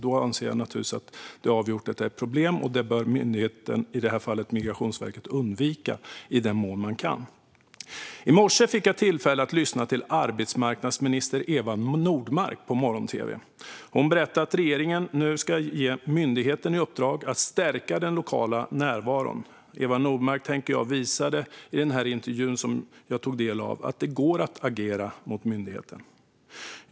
Detta problem bör myndigheten, i det här fallet Migrationsverket, undvika i den mån man kan. I morse fick jag tillfälle att lyssna till arbetsmarknadsminister Eva Nordmark på morgon-tv. Hon berättade att regeringen nu ska ge myndigheten i uppdrag att stärka den lokala närvaron. Eva Nordmark visade i intervjun som jag tog del av att det går att agera mot myndigheten.